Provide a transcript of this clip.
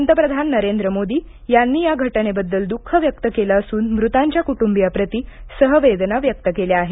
पंतप्रधान नरेंद्र मोदी यांनी या घटनेबद्दल द्ख व्यक्त केलं असून मृतांच्या कुटुंबियांप्रति सहवेदना व्यक्त केल्या आहेत